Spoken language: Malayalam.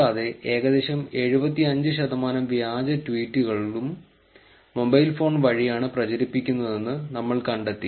കൂടാതെ ഏകദേശം 75 ശതമാനം വ്യാജ ട്വീറ്റുകളും മൊബൈൽ ഫോണുകൾ വഴിയാണ് പ്രചരിപ്പിക്കുന്നതെന്ന് നമ്മൾ കണ്ടെത്തി